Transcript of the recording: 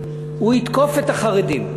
הוא יתקוף את החרדים.